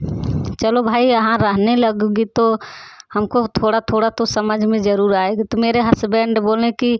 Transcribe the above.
चलो भाई यहाँ रहने लगूँगी तो हमको थोड़ा थोड़ा तो समझ में ज़रूर आएगा तो मेरे हसबैंड बोले कि